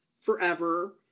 forever